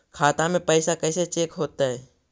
खाता में पैसा कैसे चेक हो तै?